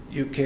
UK